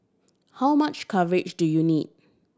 how much coverage do you need